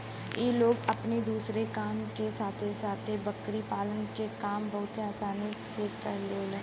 इ लोग अपने दूसरे काम के साथे साथे बकरी पालन के काम बहुते आसानी से कर लेवलन